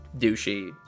douchey